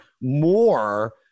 more